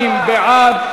62 בעד,